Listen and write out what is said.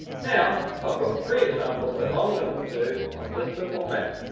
now i've got three examples but i'm going to do on this simple map.